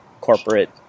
corporate